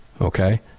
okay